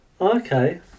okay